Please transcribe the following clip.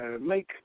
make